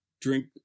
drink